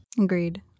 Agreed